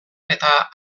eta